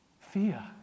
fear